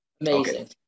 Amazing